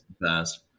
best